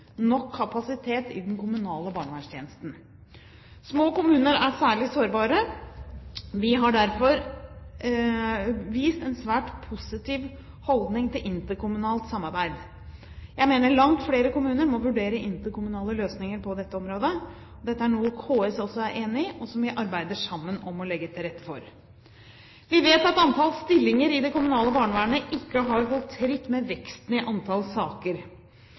nok kapasitet i den kommunale barnevernstjenesten. Små kommuner er særlig sårbare. Vi har derfor vist en svært positiv holdning til interkommunalt samarbeid. Jeg mener langt flere kommuner må vurdere interkommunale løsninger på dette området. Dette er noe KS også er enig i, og som vi arbeider sammen om å legge til rette for. Vi vet at antall stillinger i det kommunale barnevernet ikke har holdt tritt med veksten i antall saker.